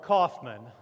Kaufman